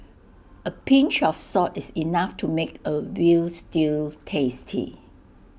A pinch of salt is enough to make A Veal Stew tasty